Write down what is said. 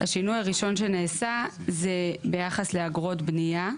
השינוי הראשון שנעשה זה ביחס לאגרות בניה,